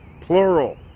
plural